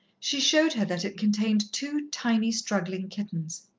she showed her that it contained two tiny, struggling kittens.